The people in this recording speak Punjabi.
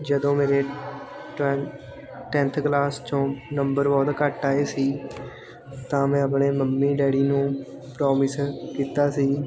ਜਦੋਂ ਮੇਰੇ ਟਵੇ ਟੈਂਨਥ ਕਲਾਸ 'ਚੋਂ ਨੰਬਰ ਬਹੁਤ ਘੱਟ ਆਏ ਸੀ ਤਾਂ ਮੈਂ ਆਪਣੇ ਮੰਮੀ ਡੈਡੀ ਨੂੰ ਪ੍ਰੋਮਿਸ ਕੀਤਾ ਸੀ